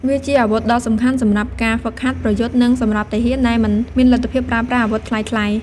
វាជាអាវុធដ៏សំខាន់សម្រាប់ការហ្វឹកហាត់ប្រយុទ្ធ និងសម្រាប់ទាហានដែលមិនមានលទ្ធភាពប្រើប្រាស់អាវុធថ្លៃៗ។